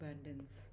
abundance